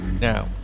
Now